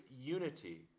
unity